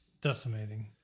decimating